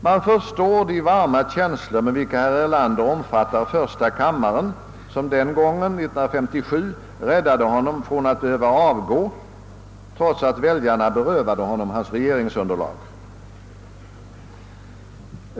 Man förstår de varma känslor med vilka herr Erlander omfattar första kammaren, som 1957 räddade honom från att behöva avgå, trots att väljarna berövat honom hans regeringsunderlag.